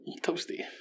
Toasty